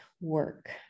work